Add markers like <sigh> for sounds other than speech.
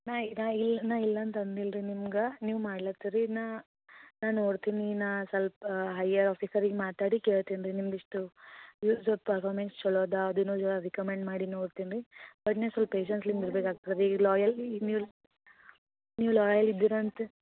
ನಾ ನಾ ಇಲ್ಲ ನಾ ಇಲ್ಲ ಅಂತ ಅಂದಿಲ್ಲರಿ ನಿಮ್ಗೆ ನೀವು ಮಾಡಲತಿರಿ ಇನ್ನು ನಾ ನೋಡ್ತೀನಿ ನಾ ಸ್ವಲ್ಪ ಹೈಯರ್ ಆಫೀಸರಿಗೆ ಮಾತಾಡಿ ಕೇಳ್ತೀನಿ ರೀ ನಿಮ್ಗೆ ಇಷ್ಟು ವ್ಯೂವ್ಸ್ ಆಫ್ ಪೊಫಾಮೇನ್ಸ್ ಛಲೋ ಅದೆ ಅದನ್ನು ರಿಕಮೆಂಡ್ ಮಾಡಿ ನೋಡ್ತೀನಿ ರಿ ಬಟ್ ನೀವು ಸ್ವಲ್ಪ ಪೇಶನ್ಸಿಲಿಂದ ಇರ್ಬೇಕು ಆಗ್ತದೆ ಈಗ ಲಾಯಲ್ ಇನ್ನು ನೀವು <unintelligible> ಲಾಯಲ್ ಇದ್ದಿರ ಅಂತ